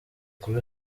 kuba